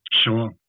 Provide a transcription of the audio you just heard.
Sure